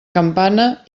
campana